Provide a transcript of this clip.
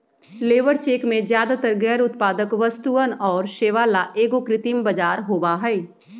labour check में ज्यादातर गैर उत्पादक वस्तुअन और सेवा ला एगो कृत्रिम बाजार होबा हई